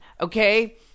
okay